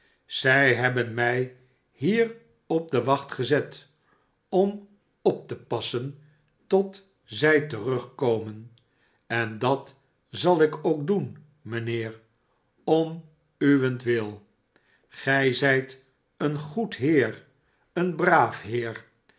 zij hebben mij hierop de wacht gezet om op te passen tot zij terugkomen en dat zal ik ook doen mijnheer om uwentwil gij zijt een goed heer een braaf heer